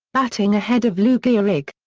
batting ahead of lou gehrig.